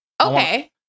Okay